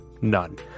None